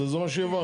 זה מה שהעברנו.